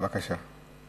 בבקשה.